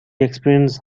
experienced